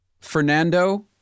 Fernando